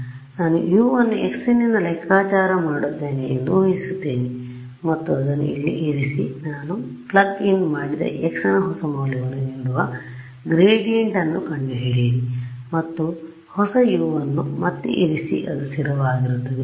ಆದ್ದರಿಂದ ನಾನು U ನ್ನು x ನಿಂದ ಲೆಕ್ಕಾಚಾರ ಮಾಡುತ್ತೇನೆ ಎಂದು ಊಹಿಸುತ್ತೇನೆ ಮತ್ತು ಅದನ್ನು ಇಲ್ಲಿ ಇರಿಸಿ ನಾನು ಪ್ಲಗ್ ಇನ್ ಮಾಡಿದ x ನ ಹೊಸ ಮೌಲ್ಯವನ್ನು ನೀಡುವ ಗ್ರೇಡಿಯಂಟ್ ಅನ್ನು ಕಂಡುಹಿಡಿಯಿರಿ ಮತ್ತು ಹೊಸ U ಅನ್ನು ಮತ್ತೆ ಇರಿಸಿ ಅದು ಸ್ಥಿರವಾಗಿರುತ್ತದೆ